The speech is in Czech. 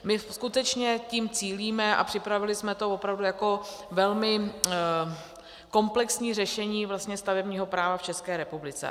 My skutečně tím cílíme a připravili jsme to opravdu jako velmi komplexní řešení stavebního práva v České republice.